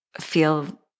feel